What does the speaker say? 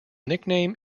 nickname